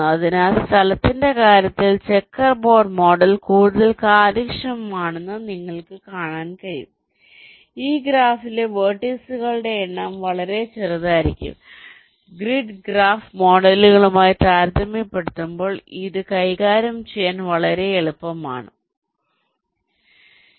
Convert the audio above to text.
അതിനാൽ സ്ഥലത്തിന്റെ കാര്യത്തിൽ ചെക്കർ ബോർഡ് മോഡൽ കൂടുതൽ കാര്യക്ഷമമാണെന്ന് നിങ്ങൾക്ക് കാണാൻ കഴിയും ഈ ഗ്രാഫിലെ വെർട്ടീസുകളുടെ എണ്ണം വളരെ ചെറുതായിരിക്കും ഗ്രിഡ് ഗ്രാഫ് മോഡലുമായി താരതമ്യപ്പെടുത്തുമ്പോൾ ഇത് കൈകാര്യം ചെയ്യാൻ വളരെ എളുപ്പമാണ് നന്നായി